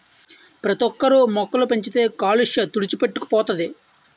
ప్రతోక్కరు మొక్కలు పెంచితే కాలుష్య తుడిచిపెట్టుకు పోతది